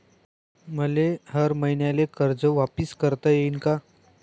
मले हर मईन्याले कर्ज वापिस करता येईन का?